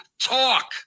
talk